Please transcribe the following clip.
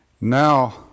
Now